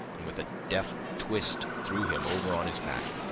and with a deft twist threw him over on his back.